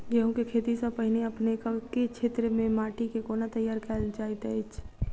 गेंहूँ केँ खेती सँ पहिने अपनेक केँ क्षेत्र मे माटि केँ कोना तैयार काल जाइत अछि?